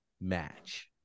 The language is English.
match